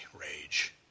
rage